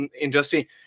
industry